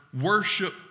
worship